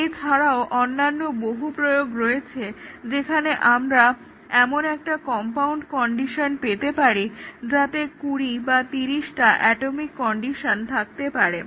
এছাড়াও অন্যান্য বহু প্রয়োগ রয়েছে যেখানে আমরা এমন একটা কম্পাউন্ড কন্ডিশন পেতে পারি যাতে 20 বা 30 টা অ্যাটমিক কন্ডিশন থাকতে পারে